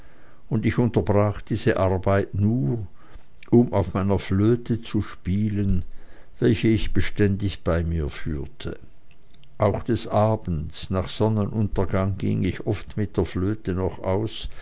und ich unterbrach diese arbeit nur um auf meiner flöte zu spielen welche ich beständig bei mir führte auch des abends nach sonnenuntergang ging ich oft mit der flöte noch aus